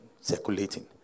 circulating